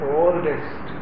oldest